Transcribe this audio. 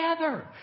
together